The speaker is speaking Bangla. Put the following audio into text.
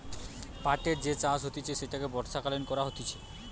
পাটের যে চাষ হতিছে সেটা বর্ষাকালীন করা হতিছে